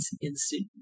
Instant